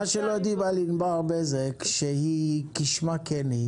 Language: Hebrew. מה שלא יודעים על ענבר בזק כשמה כן היא: